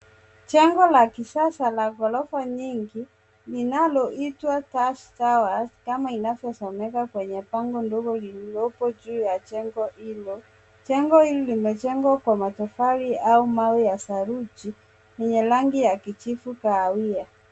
Jengo la kisasa la gorofa nyingi linaloitwa Tash Towers kama inavyosomeka kwenye bango ndogo lililopo juu ya jengo hilo. Jengo hilo limejengwa kwa matofali au mawe ya saruji yenye rangi ya kijivu kahawia.